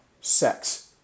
sex